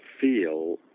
feel